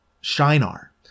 Shinar